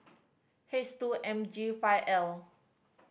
his two M G five L